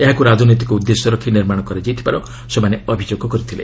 ଏହାକୁ ରାଜନୈତିକ ଉଦ୍ଦେଶ୍ୟ ରଖି ନିର୍ମାଣ କରାଯାଇଥିବାର ସେମାନେ କହିଥିଲେ